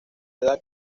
edad